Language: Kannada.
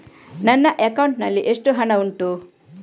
ನನ್ನ ಅಕೌಂಟ್ ನಲ್ಲಿ ಎಷ್ಟು ಹಣ ಉಂಟು?